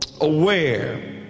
aware